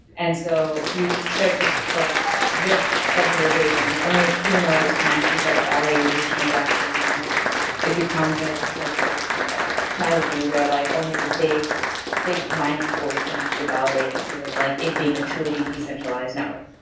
and so you start to like risk centralization. like only a few nodes can actually start validating these transactions and then it becomes like like a a tragedy where like only the big big mining pools can actually validate instead of like it being a truly decentralized network.